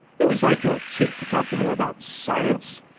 it was like your cheek to talk to him about science.